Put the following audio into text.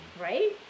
Right